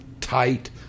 tight